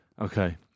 Okay